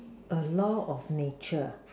a law of nature ah